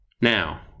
Now